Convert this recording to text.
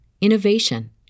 innovation